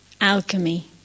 alchemy